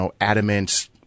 adamant